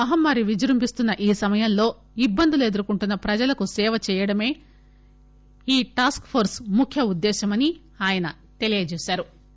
మహమ్మారి విజృబిస్తున్న ఈ సమయంలో ఇట్బందులు ఎదుర్కొంటున్న ప్రజలకు సేవ చేయడమే టాస్క్ ఫోర్స్ ముఖ్య ఉద్గేశ్వమని ఆయన తెలిపారు